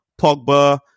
Pogba